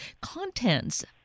contents